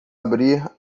abrir